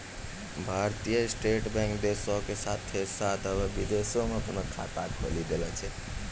भारतीय State Bank देशो के साथे साथ अबै विदेशो मे अपनो शाखा खोलि देले छै